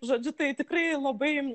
žodžiu tai tikrai labai